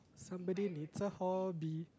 somebody needs a hobby